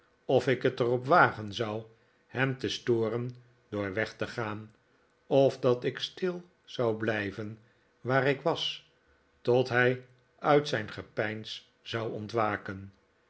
of ik het er op wagen zou hem te storen door weg te gaan of dat ik stil zou blijven waar ik was tot hij uit zijn gepeins zou ontwaken